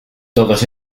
todos